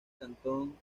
cantón